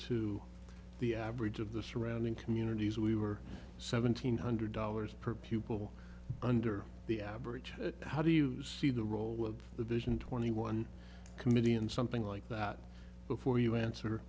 to the average of the surrounding communities we were seven hundred dollars per pupil under the average how do you see the role of the vision twenty one committee in something like that before you answer